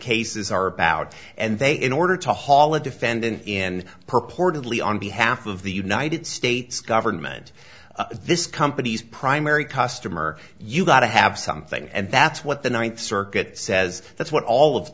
cases are about and they in order to haul a defendant in purportedly on behalf of the united states government this company's primary customer you got to have something and that's what the ninth circuit says that's what all of